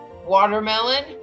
Watermelon